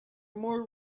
more